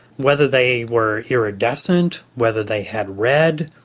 whether they were iridescent, whether they had red,